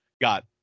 got